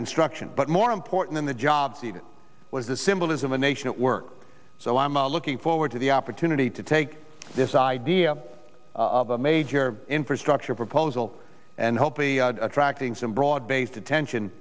construction but more important in the jobs it was the symbolism the nation at work so i'm looking forward to the opportunity to take this idea of a major infrastructure proposal and hopefully attracting some broad based attention